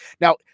Now